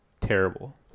terrible